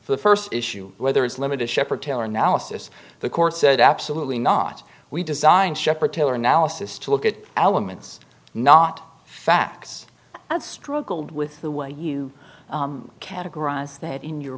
the first issue whether it's limited shepherd taylor analysis the course said absolutely not we designed shepherd taylor analysis to look at elements not facts and struggled with the way you categorize that in your